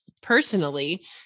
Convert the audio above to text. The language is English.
personally